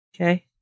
Okay